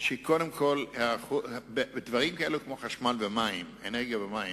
שקודם כול, בדברים כאלה כמו אנרגיה ומים,